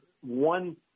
one